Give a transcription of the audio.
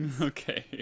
Okay